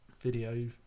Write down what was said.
video